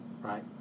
right